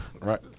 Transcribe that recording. right